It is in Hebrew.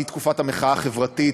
מתקופת המחאה החברתית,